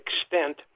extent